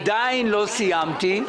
עדיין לא סיימתי,